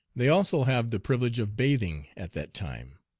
they also have the privilege of bathing at that time.